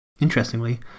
Interestingly